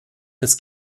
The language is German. des